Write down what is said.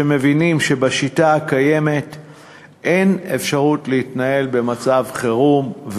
שמבינים שבשיטה הקיימת אין אפשרות להתנהל במצב חירום,